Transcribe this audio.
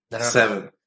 Seven